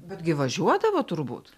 betgi važiuodavo turbūt